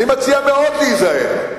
אני מציע מאוד להיזהר,